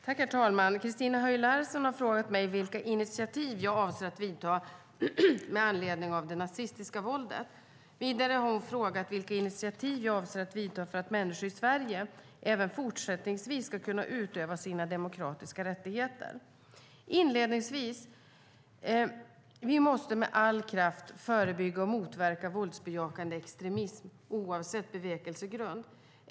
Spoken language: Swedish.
Herr talman! Christina Höj Larsen har frågat mig vilka initiativ jag avser att ta med anledning av det nazistiska våldet. Vidare har hon frågat vilka initiativ jag avser att ta för att människor i Sverige även fortsättningsvis ska kunna utöva sina demokratiska rättigheter. Inledningsvis vill jag slå fast att vi med all kraft måste förebygga och motverka våldsbejakande extremism, oavsett bevekelsegrund.